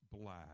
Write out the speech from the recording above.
black